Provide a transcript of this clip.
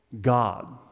God